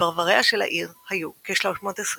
ובפרווריה של העיר היו כ-320 בתים.